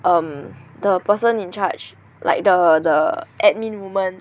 um the person in charge like the the admin woman